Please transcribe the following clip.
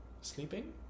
sleeping